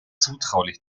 zutraulich